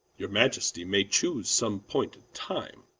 your majesty may choose some pointed time,